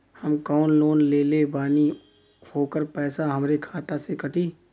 हम जवन लोन लेले बानी होकर पैसा हमरे खाते से कटी?